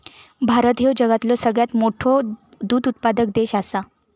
भारत ह्यो जगातलो सगळ्यात मोठो दूध उत्पादक देश आसा